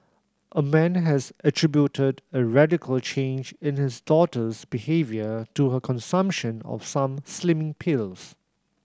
a man has attributed a radical change in his daughter's behaviour to her consumption of some slimming pills